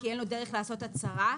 כי אין לו דרך לעשות הצהרה,